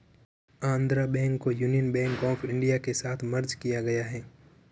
Andhra Bank को Union Bank of India के साथ मर्ज किया गया है